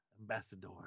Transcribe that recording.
ambassador